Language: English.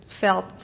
felt